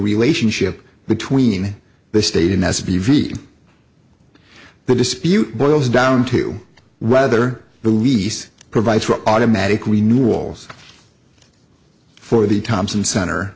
relationship between the state and s p v the dispute boils down to whether the least provides for automatically new rules for the thompson center